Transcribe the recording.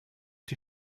die